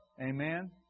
Amen